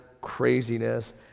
craziness